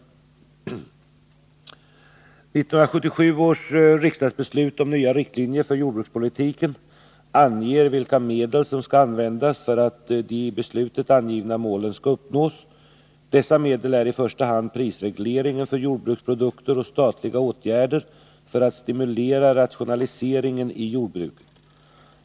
1977 års riksdagsbeslut om nya riktlinjer för jordbrukspolitiken anger vilka medel som skall användas för att de i beslutet angivna målen skall uppnås. Dessa medel är i första hand prisregleringen för jordbruksprodukter och statliga åtgärder för att stimulera rationaliseringen i jordbruket.